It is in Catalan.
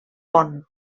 bonn